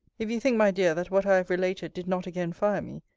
if you think, my dear, that what i have related did not again fire me,